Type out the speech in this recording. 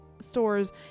stores